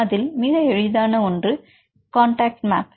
அதில் மிக எளிதான ஒன்று காண்டாக்ட் மேப்